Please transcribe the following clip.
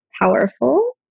powerful